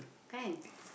thank